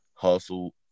Hustle